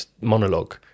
monologue